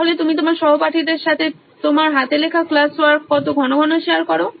তাহলে তুমি তোমার সহপাঠীদের সাথে তোমার হাতে লেখা ক্লাস ওয়ার্ক কত ঘন ঘন শেয়ার করো